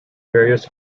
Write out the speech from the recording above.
various